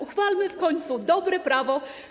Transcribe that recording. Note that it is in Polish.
Uchwalmy w końcu dobre prawo.